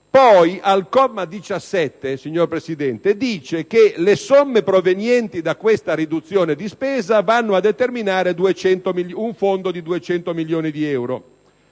Al comma 17, signor Presidente, si stabilisce che le somme provenienti da questa riduzione di spesa vanno a costituire un fondo di 200 milioni di euro;